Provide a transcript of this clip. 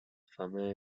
fama